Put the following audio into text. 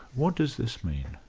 what does this mean?